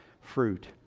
fruit